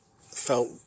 felt